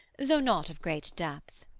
though not of great depth.